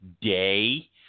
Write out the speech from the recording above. day